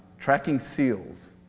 tracking seals.